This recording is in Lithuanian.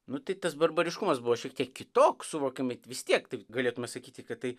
nu tai tas barbariškumas buvo šiek tiek kitoks suvokiam vis tiek tai galėtume sakyti kad tai